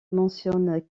mentionne